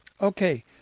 Okay